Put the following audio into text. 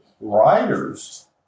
writers